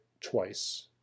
twice